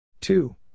Two